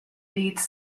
leeds